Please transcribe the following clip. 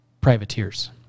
privateers